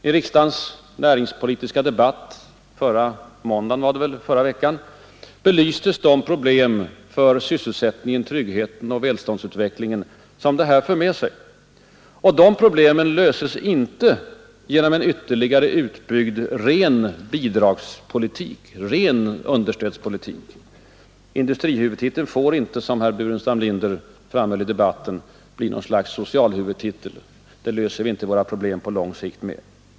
I riksdagens näringspolitiska debatt förra veckan belystes de problem för sysselsättningen, tryggheten och välståndsutvecklingen som detta för med sig. Och dessa problem löses inte genom en ytterligare utbyggd ren bidragspolitik, en ren understödspolitik. Industrihuvudtiteln får inte — som herr Burenstam Linder framhöll i debatten — bli något slags socialhuvudtitel. Det löser vi inte våra problem på lång sikt med.